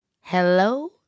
Hello